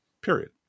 period